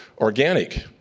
organic